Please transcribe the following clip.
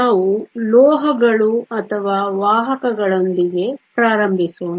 ನಾವು ಲೋಹಗಳು ಅಥವಾ ವಾಹಕಗಳೊಂದಿಗೆ ಪ್ರಾರಂಭಿಸೋಣ